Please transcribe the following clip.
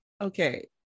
Okay